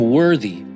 worthy